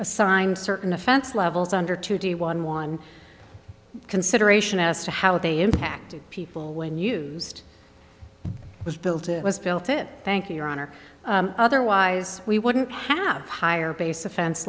assigned certain offense levels under two d one one consideration as to how they impacted people when used was built it was built it thank you your honor otherwise we wouldn't have higher base offen